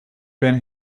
been